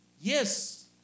Yes